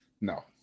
no